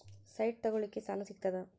Site ತಗೋಳಿಕ್ಕೆ ಸಾಲಾ ಸಿಗ್ತದಾ?